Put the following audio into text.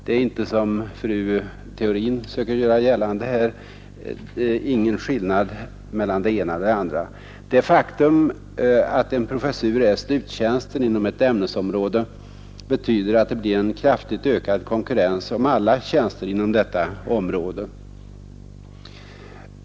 Det är inte så, som fru Theorin söker göra gällande här, att det inte är någon skillnad. Det faktum att en professur är sluttjänsten inom ett ämnesområde betyder att det blir en kraftigt ökad konkurrens om alla tjänster inom detta område.